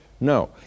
No